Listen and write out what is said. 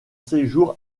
séjour